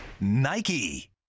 Nike